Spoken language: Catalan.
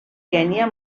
kenya